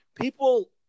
people